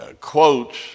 quotes